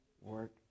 work